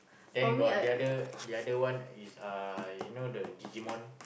thank god the other the other one is uh you know the Digimon